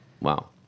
Wow